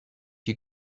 you